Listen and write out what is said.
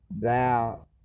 Thou